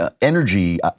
energy